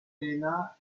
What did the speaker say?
elena